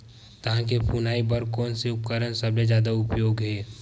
धान के फुनाई बर कोन से उपकरण सबले जादा उपयोगी हे?